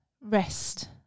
rest